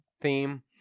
theme